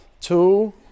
two